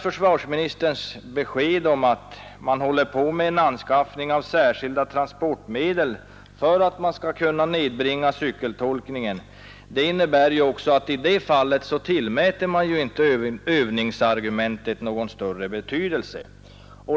Försvarsministerns besked om att man håller på med en anskaffning av särskilda transportmedel för att kunna nedbringa cykeltolkningens omfattning innebär ju också att man inte tillmäter övningsargumentet någon större betydelse.